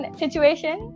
situation